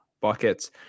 buckets